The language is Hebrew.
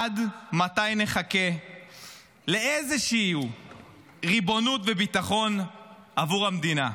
עד מתי נחכה לאיזושהי ריבונות וביטחון עבור המדינה?